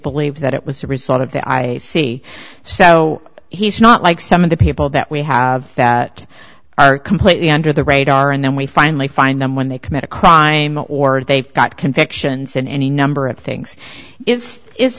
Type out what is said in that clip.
believe that it was a result of that i see so he's not like some of the people that we have that are completely under the radar and then we finally find them when they commit a crime or they've got convictions in any number of things is is